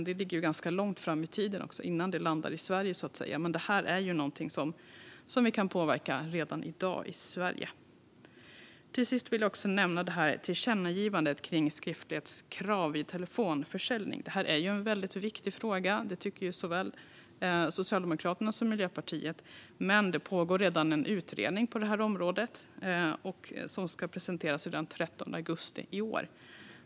Det ligger ganska långt fram i tiden innan det landar i Sverige, men det här är något som vi kan påverka redan i dag i Sverige. Till sist vill jag också nämna tillkännagivandet kring skriftlighetskrav vid telefonförsäljning. Detta är en väldigt viktig fråga; det tycker såväl Socialdemokraterna som Miljöpartiet. Men det pågår redan en utredning på området, som ska presenteras den 13 augusti i år.